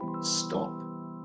stop